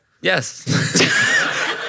Yes